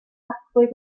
dathlu